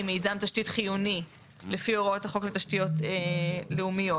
מיזם תשתית חיוני לפי הוראות החוק לתשתיות לאומיות,